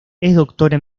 doctora